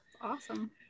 Awesome